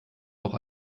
noch